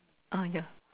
ah ya